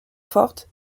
forte